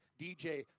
DJ